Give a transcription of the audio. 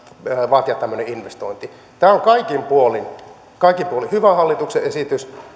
vaatia tämmöinen investointi tämä on kaikin puolin hyvä hallituksen esitys